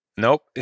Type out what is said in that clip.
Nope